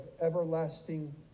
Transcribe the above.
everlasting